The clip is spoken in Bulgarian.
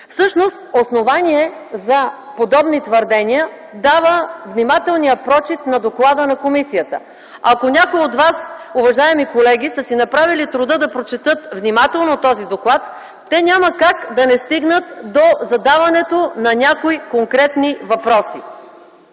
Всъщност основание за подобни твърдения дава внимателният прочит на доклада на комисията. Ако някои от вас, уважаеми колеги, са си направили труда да прочетат внимателно този доклад, няма как да не стигнат до задаването на някои конкретни въпроси.